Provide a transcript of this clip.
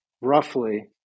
roughly